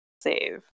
save